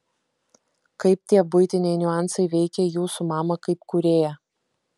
kaip tie buitiniai niuansai veikė jūsų mamą kaip kūrėją